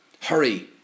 hurry